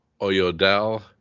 Oyodel